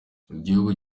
igihugu